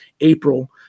April